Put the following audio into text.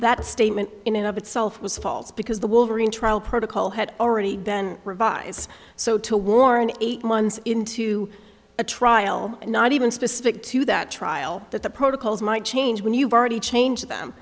that statement in and of itself was false because the wolverine trial protocol had already been revised so to warrant eight months into a trial and not even specific to that trial that the protocols might change when you've already changed them